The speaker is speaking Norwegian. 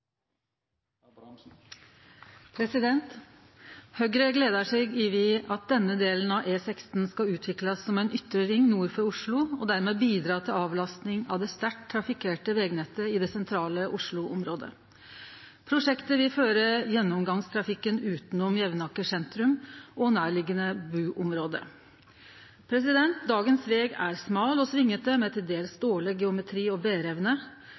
2022. Høgre gler seg over at denne delen av E16 skal utviklast som ein ytre ring nord for Oslo og dermed bidra til avlasting av det sterkt trafikkerte vegnettet i det sentrale Oslo-området. Prosjektet vil føre gjennomgangstrafikken utanom Jevnaker sentrum og nærliggjande buområde. Dagens veg er smal og svingete med til dels dårleg geometri og